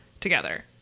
together